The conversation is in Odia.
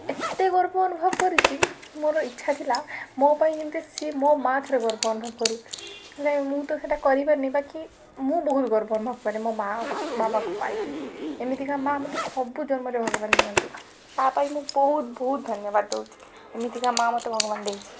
ଏତେ ଗର୍ବ ଅନୁଭବ କରିଛି ମୋର ଇଚ୍ଛା ଥିଲା ମୋ ପାଇଁ ଯେମିତି ସେ ମୋ ମାଆ ଥରେ ଗର୍ବ ଅନୁଭବ କରୁ ନାହିଁ ମୁଁ ତ ସେଟା କରିପାରୁନି ବାକି ମୁଁ ବହୁତ ଗର୍ବ ଅନୁଭବ କରେ ମୋ ମାଆ ଆଉ ବାବାଙ୍କୁ ପାଇକି ଏମିତିକା ମାଆ ମୋତେ ସବୁ ଜନ୍ମରେ ଭଗବାନ ଦିଅନ୍ତୁ ତା'ପାଇଁ ମୁଁ ବହୁତ ବହୁତ ଧନ୍ୟବାଦ ଦେଉଛି ଏମିତିକା ମାଆ ମୋତେ ଭଗବାନ ଦେଇଛି